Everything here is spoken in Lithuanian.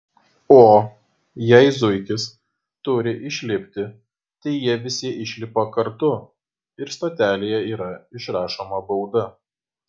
o jei zuikis turi išlipti tai jie visi išlipa kartu ir stotelėje yra išrašoma bauda